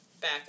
back